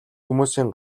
хүмүүсийн